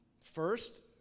First